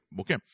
Okay